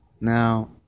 Now